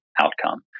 outcome